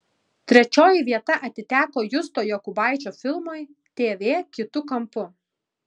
trečioji vieta atiteko justo jokubaičio filmui tv kitu kampu